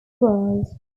world